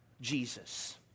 Jesus